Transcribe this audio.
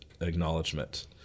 acknowledgement